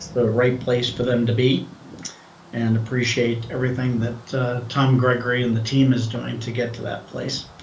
the right place for them to be and appreciate everything that tom gregory and the team is doing to get to that place.